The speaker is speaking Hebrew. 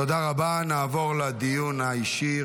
תודה רבה, נעבור לדיון האישי.